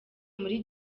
muri